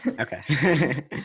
okay